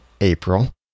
April